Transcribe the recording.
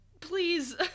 Please